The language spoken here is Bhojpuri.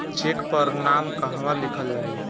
चेक पर नाम कहवा लिखल जाइ?